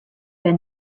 been